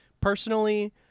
personally